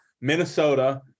Minnesota